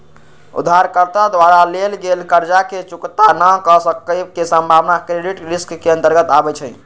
उधारकर्ता द्वारा लेल गेल कर्जा के चुक्ता न क सक्के के संभावना क्रेडिट रिस्क के अंतर्गत आबइ छै